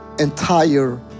entire